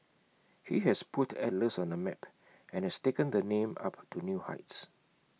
he has put Atlas on the map and has taken the name up to new heights